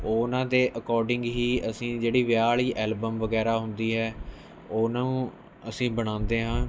ਉਹਨਾਂ ਦੇ ਅਕੋਡਿੰਗ ਹੀ ਅਸੀਂ ਜਿਹੜੀ ਵਿਆਹ ਵਾਲੀ ਐਲਬਮ ਵਗੈਰਾ ਹੁੰਦੀ ਹੈ ਉਹਨਾਂ ਨੂੰ ਅਸੀਂ ਬਣਾਉਦੇ ਹਾਂ